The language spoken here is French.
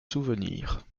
souvenir